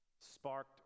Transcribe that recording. sparked